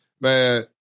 man